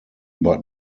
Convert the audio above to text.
but